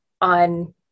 on